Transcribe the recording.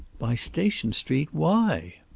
by station street? why?